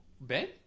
Ben